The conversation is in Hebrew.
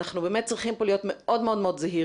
אנחנו צריכים להיות כאן מאוד מאוד זהירים.